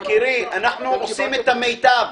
יקירי, אנחנו עושים את המיטב.